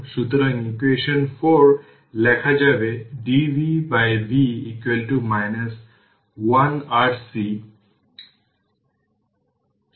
সুতরাং v0 v c 0 10 volt এটি দেওয়া হয়েছে এবং τ 04 সেকেন্ড তাই v c v 10 e power t04